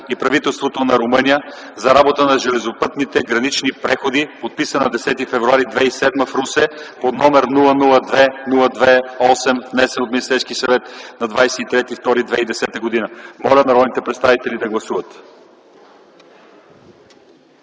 и правителството на Румъния за работата на железопътните гранични преходи, подписана на 9 февруари 2007 г. в Русе, № 002-02-8, внесен от Министерския съвет на 23.02.2010 г. Моля народните представители да гласуват.